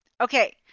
okay